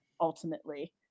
ultimately